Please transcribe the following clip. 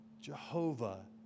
Jehovah